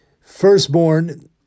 firstborn